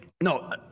no